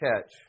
catch